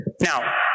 Now